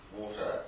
water